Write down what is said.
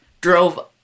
drove